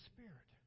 Spirit